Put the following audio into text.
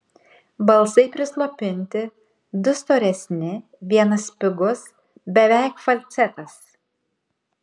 balsai prislopinti du storesni vienas spigus beveik falcetas